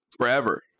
Forever